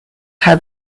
had